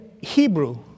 Hebrew